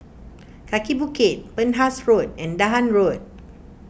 Kaki Bukit Penhas Road and Dahan Road